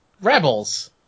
Rebels